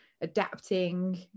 Adapting